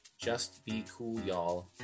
justbecoolyall